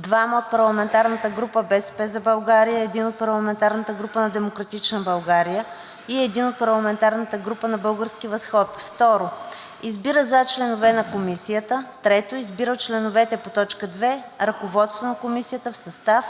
2 от парламентарната група „БСП за България“, 1 от парламентарната група на „Демократична България“ и 1 от парламентарната група „Български възход“. 2. Избира за членове на Комисията: … 3. Избира от членовете по т. 2 ръководство на Комисията в състав: